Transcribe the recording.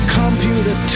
computer